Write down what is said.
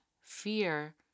fear